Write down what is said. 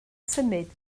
symud